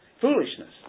foolishness